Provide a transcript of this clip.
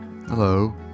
Hello